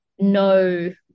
no